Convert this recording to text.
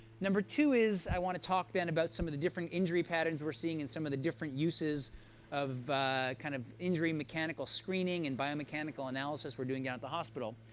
number two is i want to talk then about some of the different injury patterns we're seeing and some of the different uses of a kind of injury mechanical screening and biomechanical analysis we're doing down yeah at the hospital.